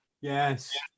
Yes